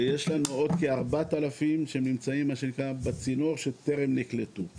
ויש לנו עוד כ-4,000 שנמצאים בצינור שטרם נקלטו.